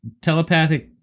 telepathic